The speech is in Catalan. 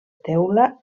teula